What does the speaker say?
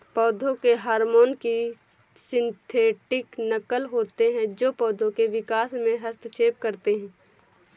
पौधों के हार्मोन की सिंथेटिक नक़ल होते है जो पोधो के विकास में हस्तक्षेप करते है